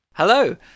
Hello